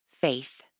faith